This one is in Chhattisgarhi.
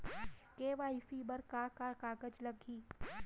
के.वाई.सी बर का का कागज लागही?